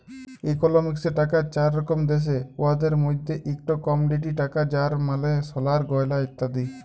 ইকলমিক্সে টাকার চার রকম দ্যাশে, উয়াদের মইধ্যে ইকট কমডিটি টাকা যার মালে সলার গয়লা ইত্যাদি